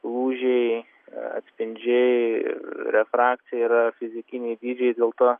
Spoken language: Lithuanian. lūžiai atspindžiai ir refrakcija yra fizikiniai dydžiai dėl to